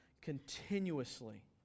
continuously